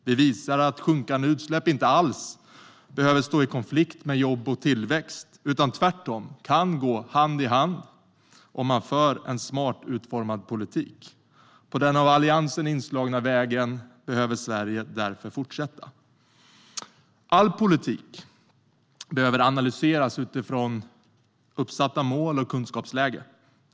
Vi visade att sjunkande utsläpp inte alls behöver stå i konflikt med jobb och tillväxt utan tvärtom kan gå hand i hand om man för en smart utformad politik. På den av Alliansen inslagna vägen behöver Sverige därför fortsätta. All politik behöver analyseras utifrån uppsatta mål och kunskapsläge.